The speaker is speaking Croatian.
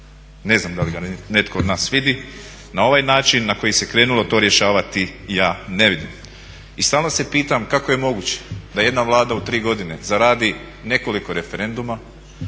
Ne znam da li ga netko od nas vidi. Na ovaj način na koji se krenulo to rješavati ja ne vidim. I stalno se pitam kako je moguće da jedna Vlada u 3 godine zaradi nekoliko referenduma,